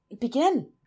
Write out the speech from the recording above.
begin